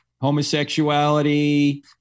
homosexuality